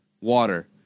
water